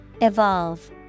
Evolve